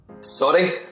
Sorry